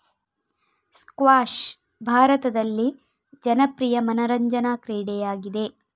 squash ಭಾರತದಲ್ಲಿ ಜನಪ್ರಿಯ ಮನರಂಜನಾ ಕ್ರೀಡೆಯಾಗಿದೆ